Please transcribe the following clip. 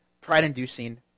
pride-inducing